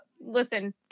Listen